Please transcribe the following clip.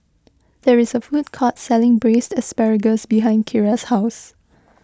there is a food court selling Braised Asparagus behind Keira's house